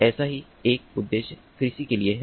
ऐसा ही एक उद्देश्य कृषि के लिए है